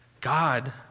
God